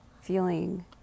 feeling